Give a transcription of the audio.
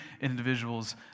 individuals